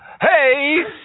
Hey